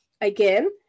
Again